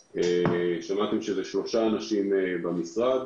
מדובר על שלושה אנשים במשרד,